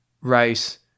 rice